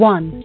One